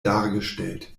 dargestellt